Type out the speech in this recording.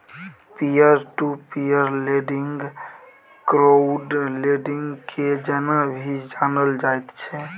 peer to peer lending crowd lending के जेना भी जानल जाइत छै